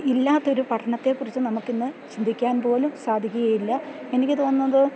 ഇല്ലാത്തൊരു പഠനത്തെക്കുറിച്ച് നമുക്കിന്ന് ചിന്തിക്കാൻ പോലും സാധിക്കുകയില്ല എനിക്ക് തോന്നുന്നത്